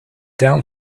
down